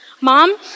Mom